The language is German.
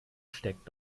steckt